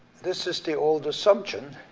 this is the old assumption,